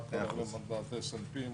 מה קרה למדד S&P,